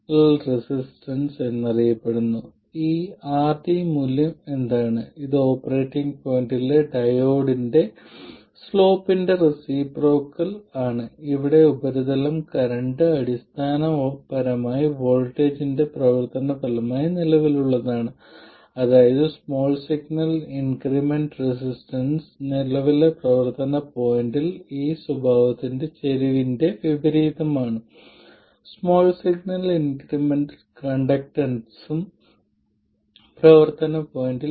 രണ്ട് പോർട്ടുകളുടെയും പാരാമീറ്ററുകൾ എന്തൊക്കെയാണ് അവ ഓപ്പറേറ്റിംഗ് പോയിന്റിലെ വലിയ സിഗ്നൽ സ്വഭാവത്തിന്റെ പാർഷ്യൽ ഡെറിവേറ്റീവുകളല്ലാതെ മറ്റൊന്നുമല്ല